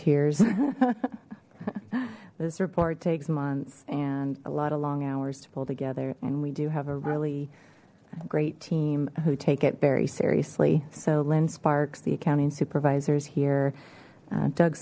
tears this report takes months and a lot of long hours to pull together and we do have a really great team who take it very seriously so lynn sparks the accounting supervisors here